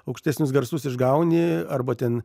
aukštesnius garsus išgauni arba ten